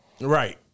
Right